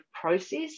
process